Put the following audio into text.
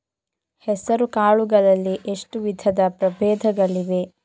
ಹೆಸರುಕಾಳು ಗಳಲ್ಲಿ ಎಷ್ಟು ವಿಧದ ಪ್ರಬೇಧಗಳಿವೆ?